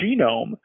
genome